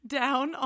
down